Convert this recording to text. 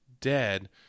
dead